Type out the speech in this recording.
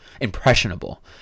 impressionable